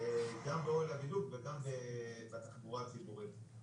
גם באוהל הבידוק וגם בתחבורה הציבורית.